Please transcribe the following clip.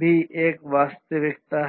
भी एक वास्तविकता है